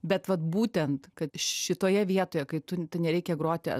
bet vat būtent kad šitoje vietoje kai tu tu nereikia groti